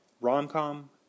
rom-com